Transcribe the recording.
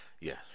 Yes